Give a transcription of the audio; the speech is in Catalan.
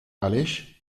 aleix